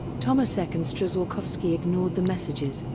tomaszek and strzalkowski ignored the messages,